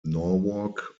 norwalk